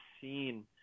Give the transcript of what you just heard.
seen